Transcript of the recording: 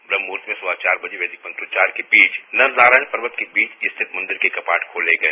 ब्रह्म मुहर्त में सुबह चार बजे वैदिक मंत्रोच्चार के बीच नर नारायण पर्वत के बीच स्थित मंदिर के कपाट खोले गए